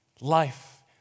Life